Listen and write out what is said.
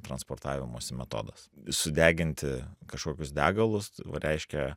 transportavimosi metodas sudeginti kažkokius degalus reiškia